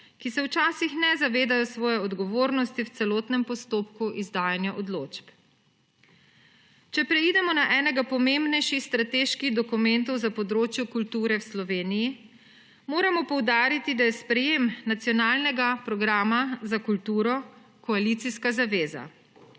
ki se včasih ne zavedajo svoje odgovornosti v celotnem postopku izdajanja odločb. Če preidemo na enega pomembnejših strateških dokumentov za področje kulture v Sloveniji, moramo poudariti, da je sprejem Nacionalnega programa za kulturo koalicijska zaveza.